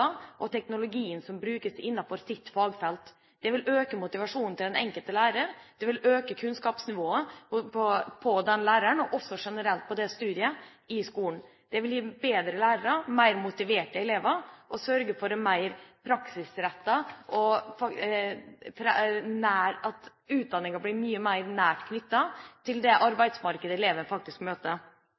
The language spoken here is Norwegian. og teknologi som brukes innenfor deres fagfelt. Det vil øke motivasjonen til den enkelte lærer, det vil øke kunnskapsnivået hos den læreren og også, generelt, på det studiet i skolen. Det vil gi bedre lærere og mer motiverte elever, sørge for en mer praksisrettet utdanning, og at utdanningen blir mye mer knyttet til det arbeidsmarkedet elevene møter.